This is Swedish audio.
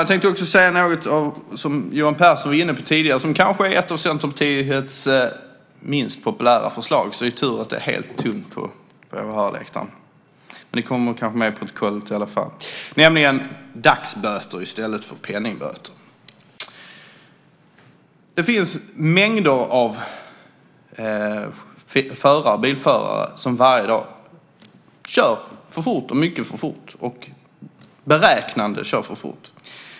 Jag tänkte också säga något om det som Johan Pehrson var inne på tidigare och som kanske är ett av Centerpartiets minst populära förslag. Så det är tur att det är helt tomt på åhörarläktaren. Men det kommer kanske med i protokollet i alla fall. Det handlar om dagsböter i stället för penningböter. Det finns mängder av bilförare som varje dag kör för fort och mycket för fort, som beräknande kör för fort.